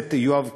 הכנסת יואב קיש,